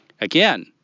again